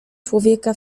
człowieka